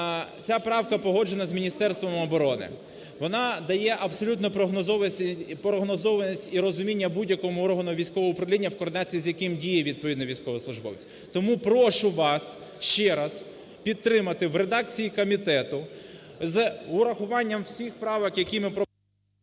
ця правка погоджена з Міністерством оборони, вона дає абсолютно прогнозованість і розуміння будь-якому органу військового управління, в координації з яким діє відповідний військовослужбовець. Тому прошу вас ще раз підтримати в редакції комітету з урахуванням всіх правок, які ми… ГОЛОВУЮЧИЙ.